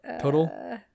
Total